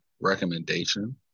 recommendation